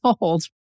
old